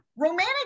Romantic